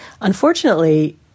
unfortunately